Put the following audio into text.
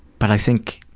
but i think